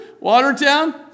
Watertown